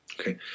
Okay